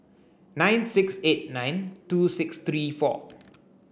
nine six eight nine two six three four